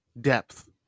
depth